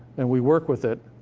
and we work with it,